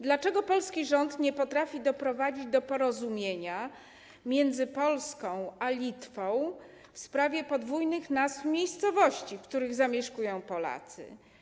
Dlaczego polski rząd nie potrafi doprowadzić do porozumienia między Polską a Litwą w sprawie podwójnych nazw miejscowości, w których zamieszkują Polacy?